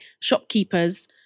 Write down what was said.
shopkeepers